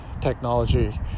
technology